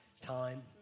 time